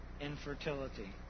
infertility